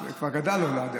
כבר גדל אולי,